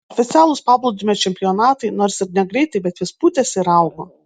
oficialūs paplūdimio čempionatai nors ir negreitai bet vis pūtėsi ir augo